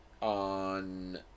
on